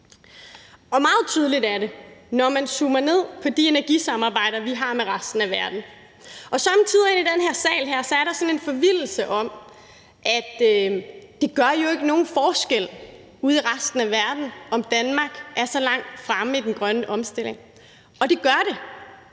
og meget tydeligt er det, når man zoomer ind på de energisamarbejder, vi har med resten af verden. Somme tider inde i den her sal er der sådan en forvildelse om, at det gør jo ikke nogen forskel ude i resten af verden, at Danmark er så langt fremme i den grønne omstilling. Men det gør det.